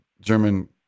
German